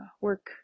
work